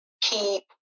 keep